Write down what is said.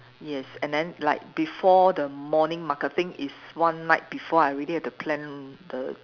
yes and then like before the morning marketing is one night before I already have to plan the